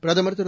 பிரதமர் திரு